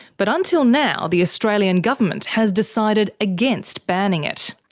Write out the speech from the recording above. but until now the australian government has decided against banning it.